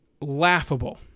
Laughable